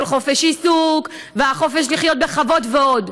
של חופש עיסוק והחופש לחיות בכבוד ועוד,